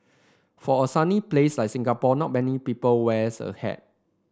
for a sunny place like Singapore not many people wears a hat